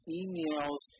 emails